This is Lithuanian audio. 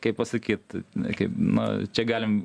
kaip pasakyt kaip nu čia galim